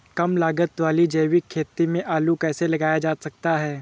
कम लागत वाली जैविक खेती में आलू कैसे लगाया जा सकता है?